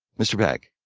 mr. beck,